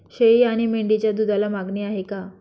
शेळी आणि मेंढीच्या दूधाला मागणी आहे का?